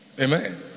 Amen